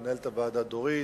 למנהלת הוועדה דורית.